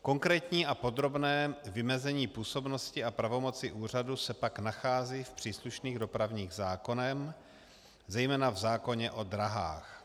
Konkrétní a podrobné vymezení působnosti a pravomoci úřadu se pak nachází v příslušných dopravních zákonech, zejména v zákoně o dráhách.